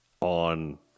On